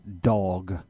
dog